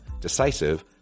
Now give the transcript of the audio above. decisive